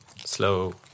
Slow